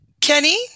Kenny